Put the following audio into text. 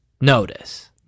notice